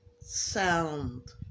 sound